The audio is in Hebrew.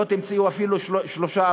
לא תמצאו אפילו 3%,